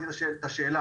לקהלים.